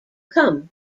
come